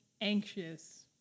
anxious